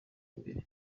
imbere